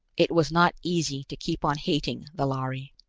it was not easy to keep on hating the lhari.